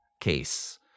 case